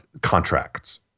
contracts